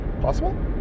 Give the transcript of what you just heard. possible